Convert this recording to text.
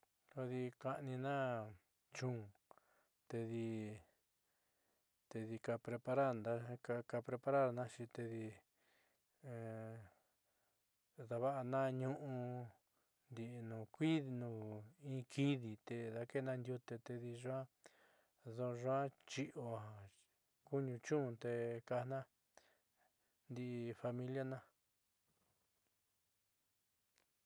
Kodi ka'aniina chun tedi tedi ka prepararnaxi tedi daava'ana ñu'u ndi'i nuu in kidi te daake'ena ndiute tedi nyuaá nyuuá chi'io kuñu chun te kajnaa ndi'i familiana.